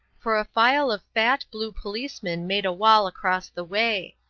for a file of fat, blue policemen made a wall across the way.